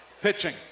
Pitching